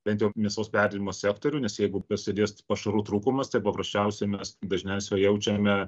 bent jau mėsos perdirbimo sektorių nes jeigu prasidės pašarų trūkumas tai paprasčiausiai mes dažniausiai jaučiame